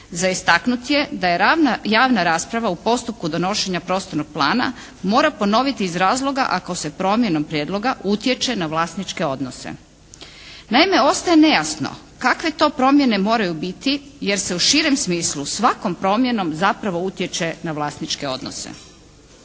Za istaknut je da je javna rasprava u postupku donošenja prostornog plana mora ponoviti iz razloga ako se promjenom prijedloga utječe na vlasničke odnose. Naime, ostaje nejasno kakve to promjene moraju biti jer se u širem smislu svakom promjenom zapravo utječe na vlasničke odnose.